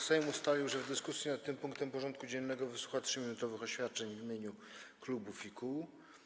Sejm ustalił, że w dyskusji nad tym punktem porządku dziennego wysłucha 3-minutowych oświadczeń w imieniu klubów i kół.